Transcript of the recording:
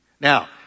Now